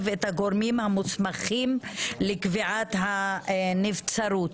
את הגורמים המוסמכים לקביעת הנבצרות.